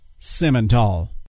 Simmental